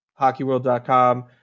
Hockeyworld.com